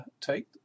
take